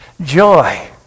Joy